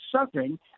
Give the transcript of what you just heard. suffering